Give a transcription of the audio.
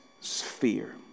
sphere